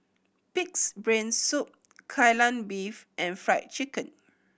Pig's Brain Soup Kai Lan Beef and Fried Chicken